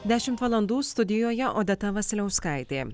dešimt valandų studijoje odeta vasiliauskaitė